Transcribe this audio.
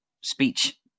speech